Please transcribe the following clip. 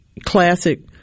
Classic